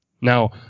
Now